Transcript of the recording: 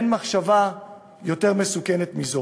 אין מחשבה יותר מסוכנת מזו.